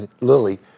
Lily